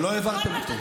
אבל לא העברתם אותו.